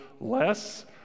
less